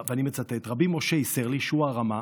רבי משה איסרליש, הוא הרמ"א,